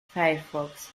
firefox